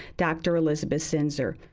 dr. elisabeth zinser.